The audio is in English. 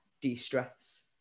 de-stress